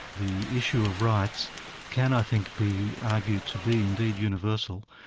the issue of rights can, i think, be argued to be indeed universal,